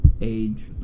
age